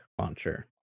Launcher